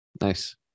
Nice